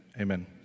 Amen